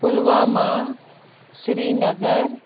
Pulwama Srinagar